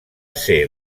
ser